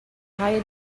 hire